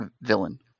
villain